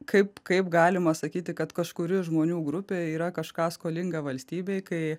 kaip kaip galima sakyti kad kažkuri žmonių grupė yra kažką skolinga valstybei kai